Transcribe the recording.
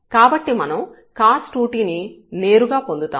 కాబట్టి మనం cos2t ని నేరుగా పొందుతాము